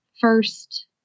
first